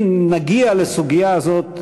אם נגיע לסוגיה הזאת,